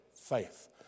faith